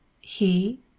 He